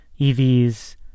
EVs